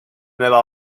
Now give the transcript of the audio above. nueva